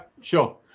sure